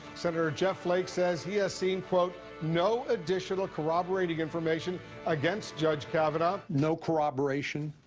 senator jeff flake says he has seen, no additional corroborating information against judge kavanaugh. no corroboration.